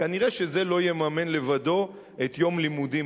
כנראה זה לא יממן לבדו את יום לימודים